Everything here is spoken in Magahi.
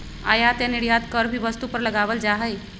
आयात या निर्यात कर भी वस्तु पर लगावल जा हई